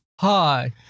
hi